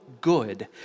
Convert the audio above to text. good